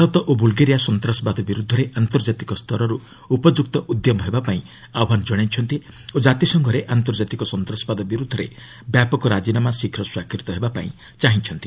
ଭାରତ ଓ ବୁଲ୍ଗେରିଆ ସନ୍ତାସବାଦ ବିରୁଦ୍ଧରେ ଆନ୍ତର୍ଜାତିକ ସ୍ତରରୁ ଉପଯୁକ୍ତ ଉଦ୍ୟମ ହେବାପାଇଁ ଆହ୍ୱାନ ଜଣାଇଛନ୍ତି ଓ କାତିସଂଘରେ ଆନ୍ତର୍ଜାତିକ ସନ୍ତାସବାଦ ବିରୁଦ୍ଧରେ ବ୍ୟାପକ ରାଜିନାମା ଶୀଘ୍ର ସ୍ୱାକ୍ଷରିତ ହେବାପାଇଁ ଚାହିଁଛନ୍ତି